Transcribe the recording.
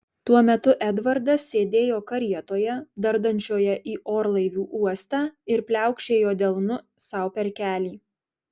tuo metu edvardas sėdėjo karietoje dardančioje į orlaivių uostą ir pliaukšėjo delnu sau per kelį